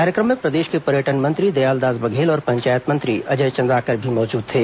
कार्यक्रम में प्रदेश के पर्यटन मंत्री दयालदास बघेल और पंचायत मंत्री अजय चन्द्राकर भी मौजूद थे